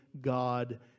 God